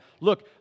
look